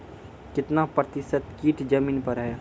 कितना प्रतिसत कीट जमीन पर हैं?